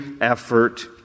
effort